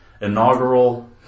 inaugural